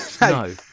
No